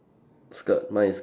skirt mine is skirt